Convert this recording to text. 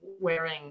wearing